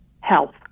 health